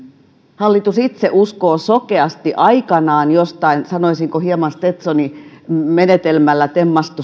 hallitus itse uskoo sokeasti aikanaan jostain sanoisinko hieman stetsonimenetelmällä temmattuun